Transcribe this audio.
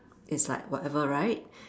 is like whatever right